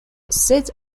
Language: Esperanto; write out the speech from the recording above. sed